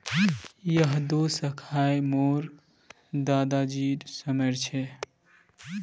यह दो शाखए मोर दादा जी समयर छे